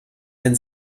den